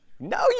No